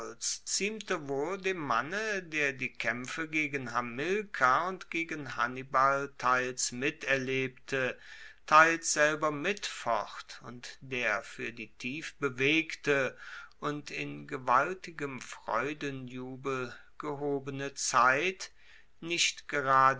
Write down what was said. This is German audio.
wohl dem manne der die kaempfe gegen hamilkar und gegen hannibal teils miterlebte teils selber mitfocht und der fuer die tief bewegte und in gewaltigem freudenjubel gehobene zeit nicht